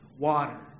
water